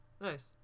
Nice